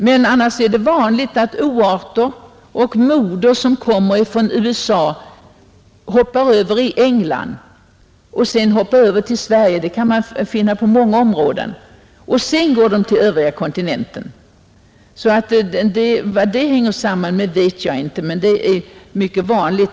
Men annars är det vanligt att oarter och moder som kommer från USA först hoppar över till England och sedan till Sverige — detta kan man finna belägg för på många områden — och först därefter kommer till övriga delar av kontinenten. Vad detta beror på vet jag inte, men det är mycket vanligt.